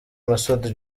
masud